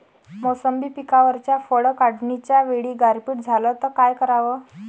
मोसंबी पिकावरच्या फळं काढनीच्या वेळी गारपीट झाली त काय कराव?